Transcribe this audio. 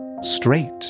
straight